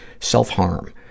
self-harm